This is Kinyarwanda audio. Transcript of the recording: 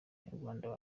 ikinyarwanda